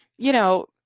you know,